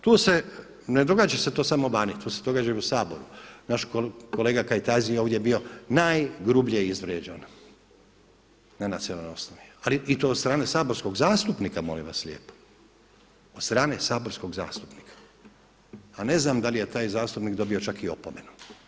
Tu se, ne događa se to samo vani, to se događa i u Saboru, naš kolega Kajtazi je ovdje bio najgrublje izvrijeđan na nacionalnoj osnovi ali i to od strane saborskog zastupnika molim vas lijepo, od strane saborskog zastupnika a ne znam da li je taj zastupnik dobio čak i opomenu.